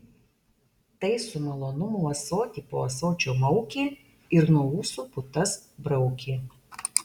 tai su malonumu ąsotį po ąsočio maukė ir nuo ūsų putas braukė